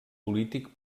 polític